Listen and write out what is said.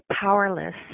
powerless